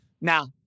Now